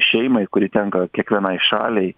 šeimai kuri tenka kiekvienai šaliai